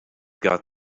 got